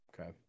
okay